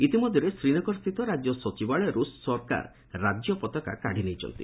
ଇତିମଧ୍ୟରେ ଶ୍ରୀନଗର ସ୍ଥିତ ରାଜ୍ୟ ସଚିବାଳୟରୁ ସରକାର ରାଜ୍ୟ ପତାକା କାଢ଼ିଦେଇଛନ୍ତି